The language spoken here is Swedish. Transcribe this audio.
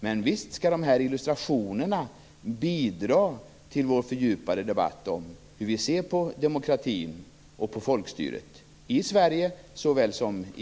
Men visst skall dessa illustrationer bidra till vår fördjupade debatt om hur vi ser på demokratin och på folkstyret, i Sverige såväl som i